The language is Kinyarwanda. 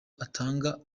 atanga